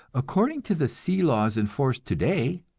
according to the sea laws in force today,